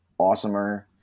awesomer